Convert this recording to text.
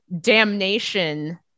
damnation